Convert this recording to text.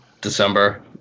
December